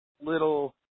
little